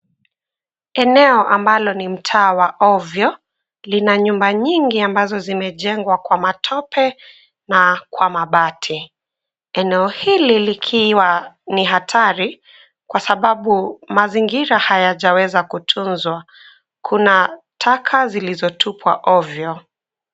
Eneo ambalo ni mtaa wa ovyo, lina nyumba nyingi ambazo zimejengwa kwa matope na kwa mabati. Eneo hili likiwa ni hatari kwa sababu mazingira hayajaweza kutunzwa. Kuna taka zilizotupwa ovyo.